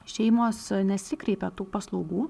šeimos nesikreipia tų paslaugų